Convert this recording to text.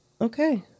Okay